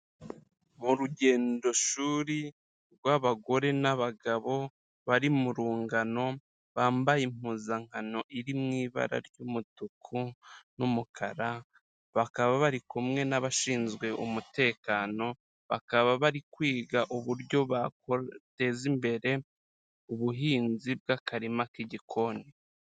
Urugendoshuri rw'abagore n'abagabo bari mu rungano, bambaye impuzankano iri mu ibara ry'umutuku n'umukara, bakaba bari kumwe n'abashinzwe umutekano, bakaba bari kwiga uburyo bateza imbere ubuhinzi bw'akarima k'igikoni.